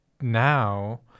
now